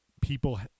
people